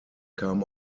kamen